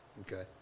Okay